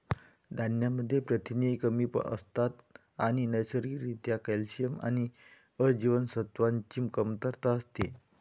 धान्यांमध्ये प्रथिने कमी असतात आणि नैसर्गिक रित्या कॅल्शियम आणि अ जीवनसत्वाची कमतरता असते